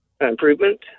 improvement